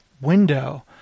window